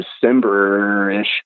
December-ish